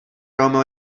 romeo